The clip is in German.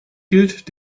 gilt